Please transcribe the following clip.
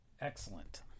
Excellent